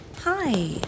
Hi